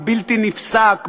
הבלתי-נפסק,